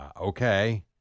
Okay